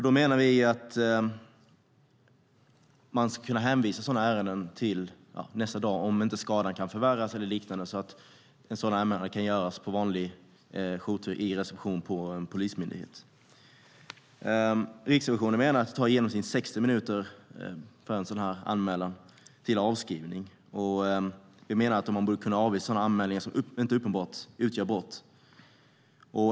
Vi menar att man ska kunna hänvisa sådana ärenden till nästa dag, om inte skadan kan förvärras eller liknande, så att en sådan anmälan kan göras i en reception på en polismyndighet. Riksrevisionen menar att det i genomsnitt tar 60 minuter från en sådan här anmälan till avskrivning. Vi menar att man borde kunna avvisa sådana anmälningar som inte uppenbart utgör brott.